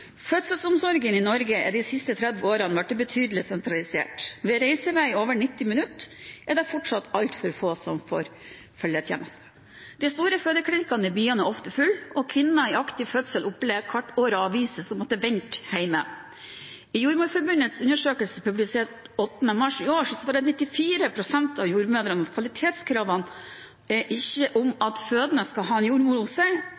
Fødselsomsorgen i Norge er de siste 30 årene blitt betydelig sentralisert. Ved reisevei på over 90 minutter er det fortsatt altfor få som får følgetjeneste. De store fødeklinikkene i byene er ofte fulle, og kvinner i aktiv fødsel opplever hvert år å bli avvist og måtte vente hjemme. I Jordmorforbundets undersøkelse publisert 8. mars i år svarer 94 pst. av jordmødrene at kvalitetskravene,